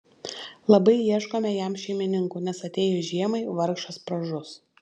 labai ieškome jam šeimininkų nes atėjus žiemai vargšas pražus